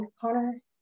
Connor